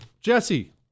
Jesse